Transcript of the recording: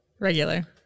regular